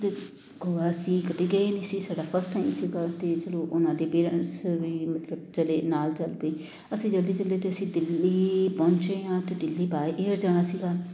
ਗੋਆ ਅਸੀਂ ਕਦੇ ਗਏ ਨਹੀਂ ਸੀ ਸਾਡਾ ਫਸਟ ਟਾਈਮ ਸੀਗਾ ਅਤੇ ਚਲੋ ਉਹਨਾਂ ਦੇ ਪੇਰੈਂਟਸ ਵੀ ਮਤਲਬ ਚਲੇ ਨਾਲ ਚੱਲ ਪਏ ਅਸੀਂ ਜਲਦੀ ਚੱਲੇ ਅਤੇ ਅਸੀਂ ਦਿੱਲੀ ਪਹੁੰਚੇ ਹਾਂ ਅਤੇ ਦਿੱਲੀ ਬਾਏ ਏਅਰ ਜਾਣਾ ਸੀਗਾ